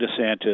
DeSantis